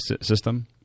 system